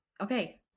okay